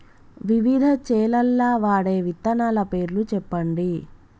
వివిధ చేలల్ల వాడే విత్తనాల పేర్లు చెప్పండి?